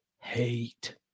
hate